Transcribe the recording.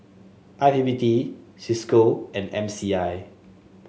I P P T Cisco and M C I